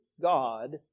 God